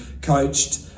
coached